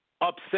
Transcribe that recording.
upset